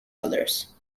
others